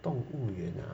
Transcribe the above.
动物园 ah